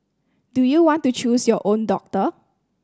do you want to choose your own doctor